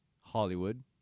Hollywood